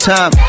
Time